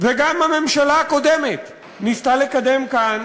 וגם הממשלה הקודמת ניסתה לקדם כאן